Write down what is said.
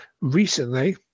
recently